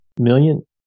million